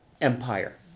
Empire